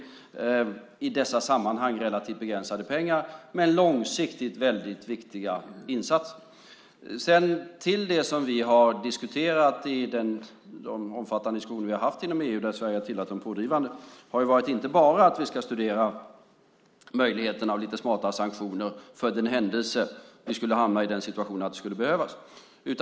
Det är i dessa sammanhang relativt begränsade pengar, men långsiktigt väldigt viktiga insatser. Det som vi har diskuterat i de omfattande diskussioner som vi har haft inom EU, där Sverige har tillhört de pådrivande, har inte bara varit att vi ska studera möjligheten av lite smarta sanktioner för den händelse att vi skulle hamna i den situationen att det skulle behövas.